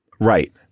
Right